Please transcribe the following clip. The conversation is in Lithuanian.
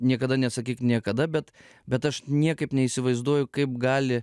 niekada nesakyk niekada bet bet aš niekaip neįsivaizduoju kaip gali